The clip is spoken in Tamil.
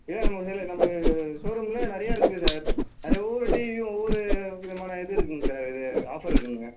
இதுதான் நம்ம சைட்டில் நம்ம ஷோ ரூமில் நிறைய இருக்குது சார் நிறைய ஒவ்வொரு டிவியும் ஒவ்வொரு விதமான இது இருக்குங்க சார் இது ஆஃபர் இருக்குதுங்க